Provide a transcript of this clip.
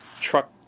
truck